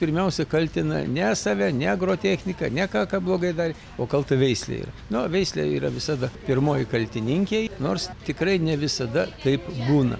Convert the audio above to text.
pirmiausia kaltina ne save ne agrotechniką ne ką ką blogai darė o kalta veislė yra na o veislė yra visada pirmoji kaltininkė nors tikrai ne visada taip būna